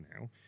now